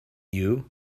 you